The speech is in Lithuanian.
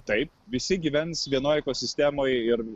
taip visi gyvens vienoj ekosistemoj ir